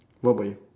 what about you